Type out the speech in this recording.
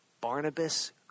Barnabas